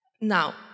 Now